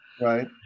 Right